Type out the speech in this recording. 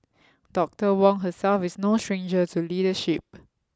Doctor Wong herself is no stranger to leadership